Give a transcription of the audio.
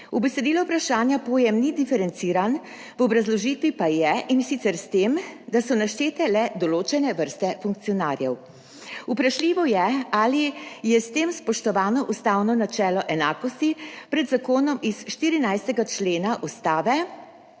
v besedilu vprašanja pojem ni diferenciran, v obrazložitvi pa je, in sicer s tem, da so naštete le določene vrste funkcionarjev. Vprašljivo je, ali je s tem spoštovano ustavno načelo enakosti pred zakonom iz 14. člena Ustave